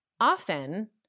Often